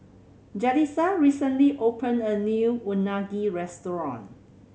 Jalisa recently opened a new Unagi restaurant